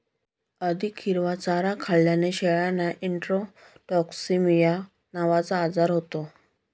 अधिक हिरवा चारा खाल्ल्याने शेळ्यांना इंट्रोटॉक्सिमिया नावाचा आजार होतो